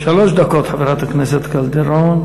שלוש דקות לרשותך, חברת הכנסת קלדרון.